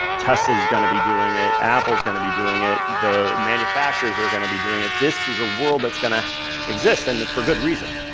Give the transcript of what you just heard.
tesla's going to be doing it, apple's going to be doing it, the manufacturers are going to be doing it. this is a world that's going to exist, and for good reason.